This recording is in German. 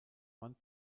man